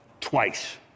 twice